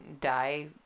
die